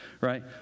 Right